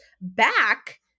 back